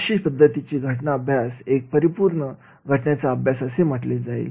अशा पद्धतीच्या घटना अभ्यासाला एक परिपूर्ण घटनांचा अभ्यास असे म्हटले जाईल